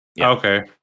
okay